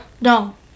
No